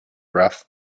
rough